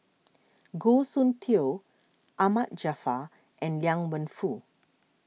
Goh Soon Tioe Ahmad Jaafar and Liang Wenfu